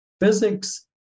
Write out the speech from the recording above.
physics